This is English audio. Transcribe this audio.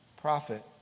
prophet